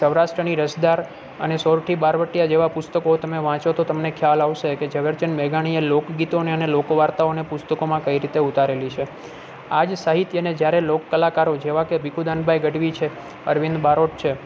સૌરાષ્ટ્રની રસધાર અને સોરઠી બહારવાટીયા જેવા પુસ્તકો તમે વાંચો તો તમને ખ્યાલ આવશે કે ઝવેરચંદ મેઘાણીએ લોક ગીતોને અને લોક વાર્તાઓને પુસ્તકોમાં કઈ રીતે ઉતારેલી છે આ જ સાહિત્યને જ્યારે લોક કલાકારો જેવા કે ભીખુદાન ભાઈ ગઢવી છે અરવિંદ બારોટ છે